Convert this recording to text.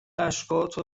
اشکاتو